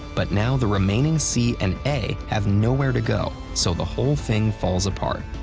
but now the remaining c and a have nowhere to go, so the whole thing falls apart.